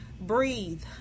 breathe